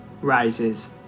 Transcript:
Rises